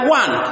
one